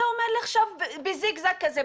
אתה אומר לי עכשיו בזיגזג כזה,